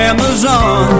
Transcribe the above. Amazon